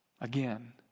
Again